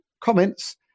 comments